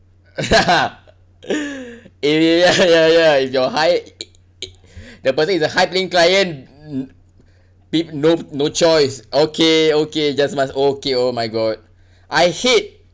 ya ya ya ya if you're high the person is a high link client be no no choice okay okay just must okay oh my god I hate